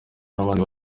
n’abandi